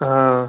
हाँ